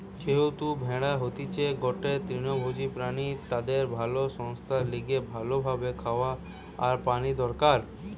যেহেতু ভেড়া হতিছে গটে তৃণভোজী প্রাণী তাদের ভালো সাস্থের লিগে ভালো ভাবে খাওয়া আর পানি দরকার